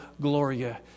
Gloria